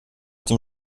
dem